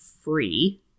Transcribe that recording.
free